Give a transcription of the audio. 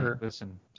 Listen